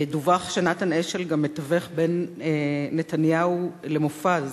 דווח שנתן אשל גם מתווך בין נתניהו למופז